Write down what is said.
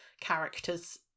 characters